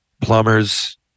plumbers